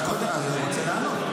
אז אני רוצה לענות.